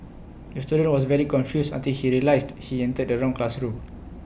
the student was very confused until he realised he entered the wrong classroom